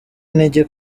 intege